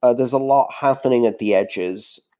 ah there's a lot happening at the edges.